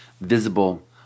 visible